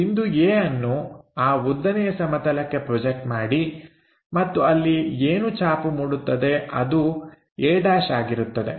ಬಿಂದು A ಅನ್ನು ಆ ಉದ್ದನೆಯ ಸಮತಲಕ್ಕೆ ಪ್ರೊಜೆಕ್ಟ್ ಮಾಡಿ ಮತ್ತು ಅಲ್ಲಿ ಏನು ಛಾಪು ಮಾಡುತ್ತದೆ ಅದು a' ಆಗಿರುತ್ತದೆ